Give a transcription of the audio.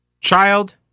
child